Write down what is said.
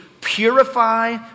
purify